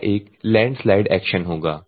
यह एक landslide action होगा